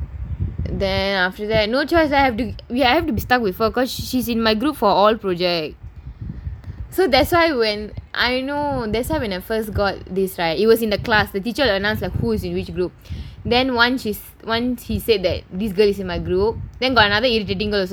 then after that no choice I have to we have to be stuck with her because she's in my group for all project so that's why when I know that's why when I first got this right it was in the class the teacher will announce who is in which group then one one he said that this girl is in my group then got another irritating girl also in the group